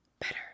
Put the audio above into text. better